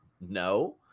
no